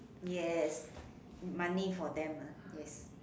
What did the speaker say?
yes money for them ah yes